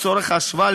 לצורך ההשוואה,